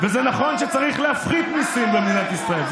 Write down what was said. וזה נכון שצריך להפחית מיסים במדינת ישראל,